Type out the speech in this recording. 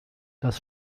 das